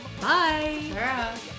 bye